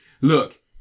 Look